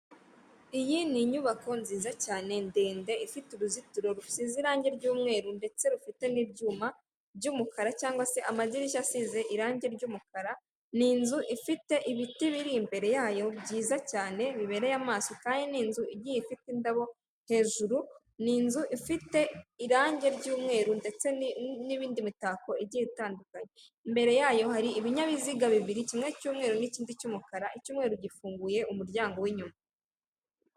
Iyi ni inyubako nziza cyane ndende ifite uruzitiro rusize irangi ry'umweru ndetse rufite n'ibyuma, by'umukara cyangwag se amadirishya asize irangi ry'umukara ni inzu ifite ibiti biri imbere yayo byiza cyane bibereye amaso kandi ni inzu igiye ifite indabo hejuru. Ni inzu ifite irangi ry'umweru ndetse n'ibindi mitako igiye itandukanye imbere yayo hari ibinyabiziga bibiri kimwe, cy'umweru n'ikindi cy'umukara, icy'umweru gifunguye umuryango w'inyuma.